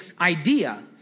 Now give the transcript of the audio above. idea